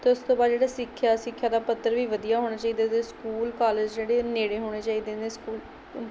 ਅਤੇ ਉਸ ਤੋਂ ਬਾਅਦ ਜਿਹੜਾ ਸਿੱਖਿਆ ਸਿੱਖਿਆ ਦਾ ਪੱਧਰ ਵੀ ਵਧੀਆ ਹੋਣਾ ਚਾਹੀਦਾ ਜਿੱਦਾਂ ਸਕੂਲ ਕਾਲਜ ਜਿਹੜੇ ਨੇੜੇ ਹੋਣੇ ਚਾਹੀਦੇ ਨੇ ਸਕੂਲ